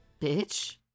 Bitch